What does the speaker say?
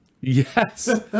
Yes